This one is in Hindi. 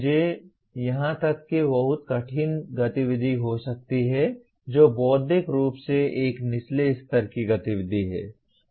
मुझे यहां तक कि बहुत कठिन गतिविधि हो सकती है जो बौद्धिक रूप से एक निचले स्तर की गतिविधि है